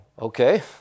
okay